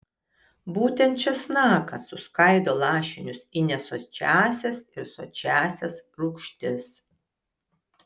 būtent česnakas suskaido lašinius į nesočiąsias ir sočiąsias rūgštis